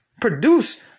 produce